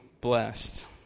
blessed